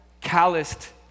calloused